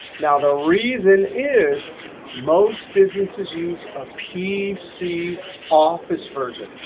now the reason is most businesses use a pc office version.